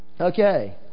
Okay